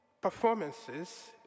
performances